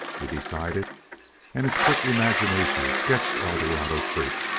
he decided and his quick imagination sketched eldorado creek,